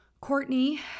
Courtney